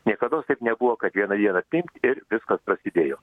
niekados taip nebuvo kad vieną dieną pimpt ir viskas prasidėjo